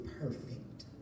perfect